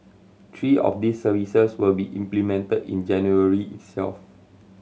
three of these services will be implemented in January itself